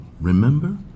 remember